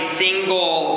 single